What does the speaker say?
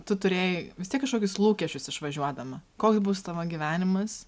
tu turėjai vis tiek kažkokius lūkesčius išvažiuodama koks bus tavo gyvenimas